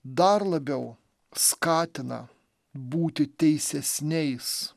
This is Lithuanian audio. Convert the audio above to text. dar labiau skatina būti teisesniais